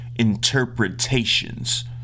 Interpretations